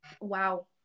Wow